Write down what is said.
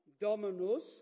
Dominus